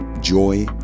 joy